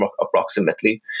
approximately